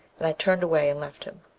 and i turned away and left him.